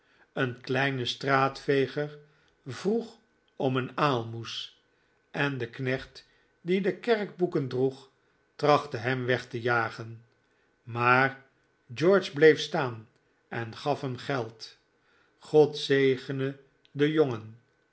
een kleine straatveger vroeg om een aalmoes en de knecht die de kerkboeken droeg trachtte hem weg te jagen maar george bleef staan en gaf hem geld god zegene den jongen